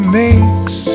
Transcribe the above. makes